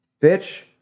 Bitch